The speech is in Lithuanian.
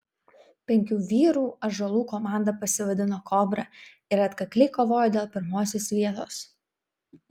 penkių vyrų ąžuolų komanda pasivadino kobra ir atkakliai kovojo dėl pirmosios vietos